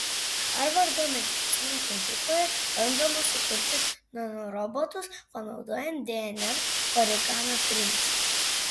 harvardo medicinos mokykloje bandoma sukurti nanorobotus panaudojant dnr origamio principą